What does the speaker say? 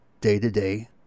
day-to-day